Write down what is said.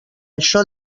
això